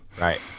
Right